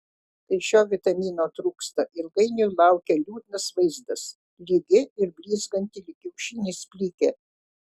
kai šio vitamino trūksta ilgainiui laukia liūdnas vaizdas lygi ir blizganti lyg kiaušinis plikė